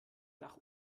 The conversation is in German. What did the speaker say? nach